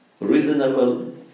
reasonable